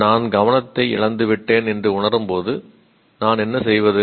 நான் கவனத்தை இழந்துவிட்டேன் என்று உணரும்போது நான் என்ன செய்வது